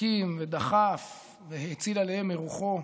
הקים ודחף והאציל עליהם מרוחו,